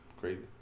crazy